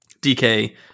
DK